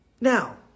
Now